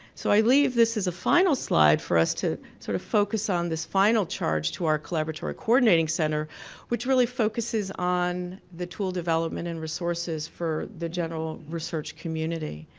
so i leave this is a final slide for us to sort of focus on this final charge to to collaboratory coordinating center which really focuses on the tool development and resources for the general research community.